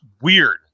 weird